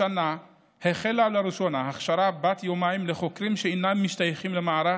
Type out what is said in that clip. השנה החלה לראשונה הכשרה בת יומיים לחוקרים שאינם משתייכים למערך,